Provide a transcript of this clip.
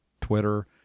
Twitter